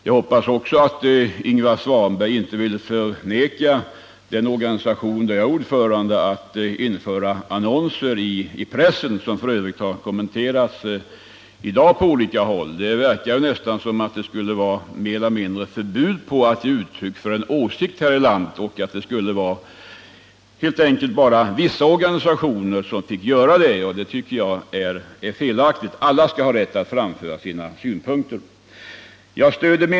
Jag hoppas att Ingvar Svanberg inte vill förvägra den organisation, i vilken jag är ordförande, att införa annonser i pressen, vilket f. ö. har kommenterats i dag på olika håll. Det verkar nästan som om det här i landet skulle råda mer eller mindre förbud mot att ge uttryck för en åsikt och att det helt enkelt bara skulle vara vissa organisationer som fick göra det. Men det tycker jag är felaktigt. Alla skall ha rätt att framföra sina synpunkter.